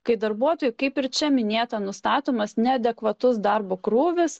kai darbuotojui kaip ir čia minėta nustatomas neadekvatus darbo krūvis